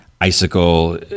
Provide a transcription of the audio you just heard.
icicle